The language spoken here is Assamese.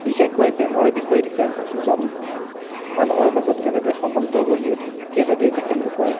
বিশেষকৈ প্ৰেমৰ বিষয়ে লিখা আছে দুজন মানুহৰ মাজত কেনেদৰে সম্বন্ধ গঢ়ি উঠে কেনেদৰে তেখেতলোকৰ